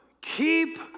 Keep